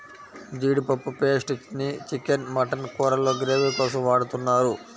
జీడిపప్పు పేస్ట్ ని chicken, mutton కూరల్లో గ్రేవీ కోసం వాడుతున్నారు